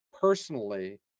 personally